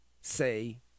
say